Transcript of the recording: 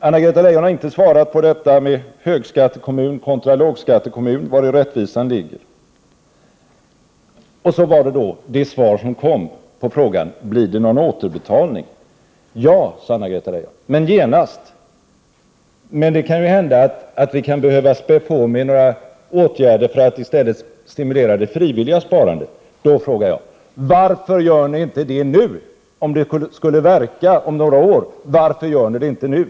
Anna-Greta Leijon har inte svarat på vari rättvisan ligger när det gäller högskattekommun kontra lågskattekommun. På frågan om det blir någon återbetalning svarade Anna-Greta Leijon ja, men det kan ju hända att vi kan behöva späda på med några åtgärder för att i stället stimulera det frivilliga sparandet. Då frågar jag: Varför gör ni det inte nu, utan först om några år?